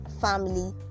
family